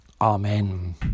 Amen